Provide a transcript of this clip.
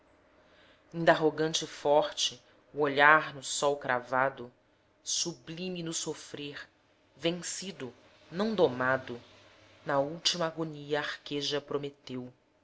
inda arrogante e forte o olhar no sol cravado sublime no sofrer vencido não domado na última agonia arqueja prometeu